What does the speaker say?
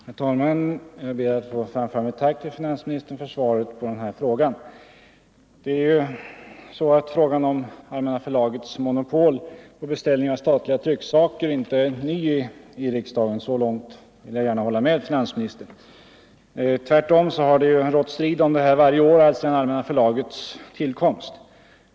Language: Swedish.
Herr talman! Jag ber att få framföra mitt tack till finansministern för svaret på min fråga. Frågan om Allmänna förlagets monopol på beställning av statliga trycksaker är inte ny i riksdagen — så långt vill jag gärna hålla med finansministern. Tvärtom har det varit strid om detta varje år sedan Allmänna förlagets tillkomst.